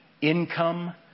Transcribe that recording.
income